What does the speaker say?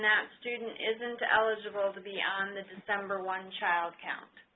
that student isn't eligible to be on the december one child count